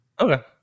Okay